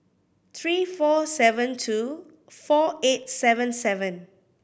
three four seven two four eight seven seven